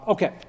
Okay